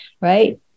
right